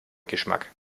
geschmack